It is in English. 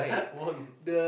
won